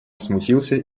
смутился